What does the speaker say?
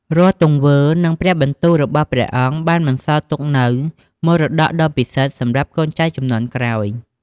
រាល់ទង្វើ និងព្រះបន្ទូលរបស់ព្រះអង្គបានបន្សល់ទុកនូវមរតកដ៏ពិសិដ្ឋសម្រាប់កូនចៅជំនាន់ក្រោយ។